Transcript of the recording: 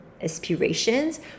aspirations